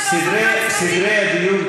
סדרי הדיון,